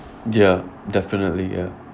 ya definitely ya